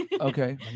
okay